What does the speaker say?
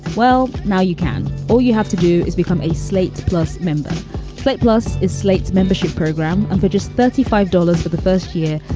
well, now you can. all you have to do is become a slate plus member slate plus is slate's membership program for just thirty five dollars for the first year.